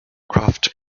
craft